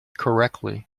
correctly